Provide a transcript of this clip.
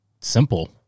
simple